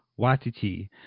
watiti